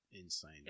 insane